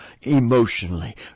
emotionally